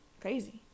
crazy